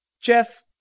Jeff